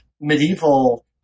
medieval